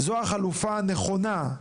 זוהי החלופה הנכונה.